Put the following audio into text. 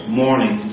morning